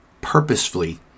purposefully